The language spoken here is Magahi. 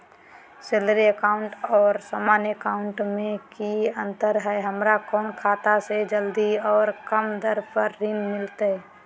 सैलरी अकाउंट और सामान्य अकाउंट मे की अंतर है हमरा कौन खाता से जल्दी और कम दर पर ऋण मिलतय?